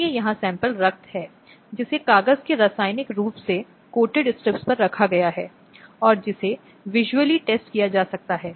तो यह प्रारंभिक विचार था जो इन विशेष अपराधों के निर्माण में चला गया